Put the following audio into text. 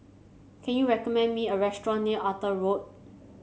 can you recommend me a restaurant near Arthur Road